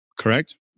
correct